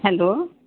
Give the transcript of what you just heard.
hello